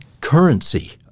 currency